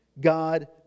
God